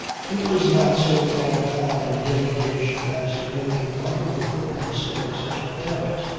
he was not so far gone in degradation as to make him utterly hopeless for such an attempt.